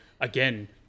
Again